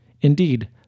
Indeed